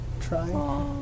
Try